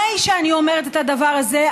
אחרי שאני אומרת את הדבר הזה,